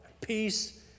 peace